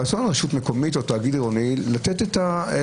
הרצון של הרשות המקומית או של התאגיד העירוני לתת את המקסימום,